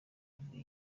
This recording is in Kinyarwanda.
yivuze